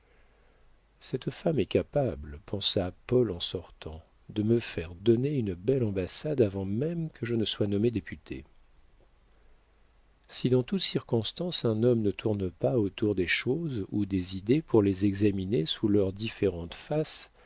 cette femme est capable pensa paul en sortant de me faire donner une belle ambassade avant même que je sois nommé député si dans toute circonstance un homme ne tourne pas autour des choses ou des idées pour les examiner sous leurs différentes faces